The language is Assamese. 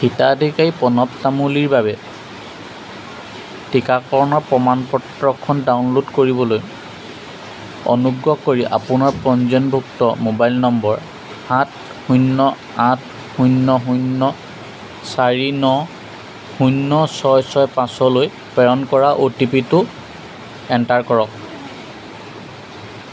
হিতাধিকাৰী প্ৰণৱ তামুলীৰ বাবে টীকাকৰণৰ প্ৰমাণ পত্ৰখন ডাউনল'ড কৰিবলৈ অনুগ্ৰহ কৰি আপোনাৰ পঞ্জীয়নভুক্ত মোবাইল নম্বৰ সাত শূন্য আঠ শূন্য শূন্য চাৰি ন শূন্য ছয় ছয় পাঁচলৈ প্ৰেৰণ কৰা অ' টি পি টো এণ্টাৰ কৰক